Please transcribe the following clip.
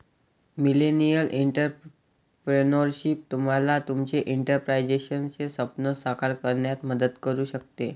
millennial entrepreneurship तुम्हाला तुमचे एंटरप्राइझचे स्वप्न साकार करण्यात मदत करू शकते